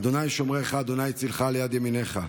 ה' שמרך ה' צלך על יד ימינך.